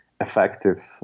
effective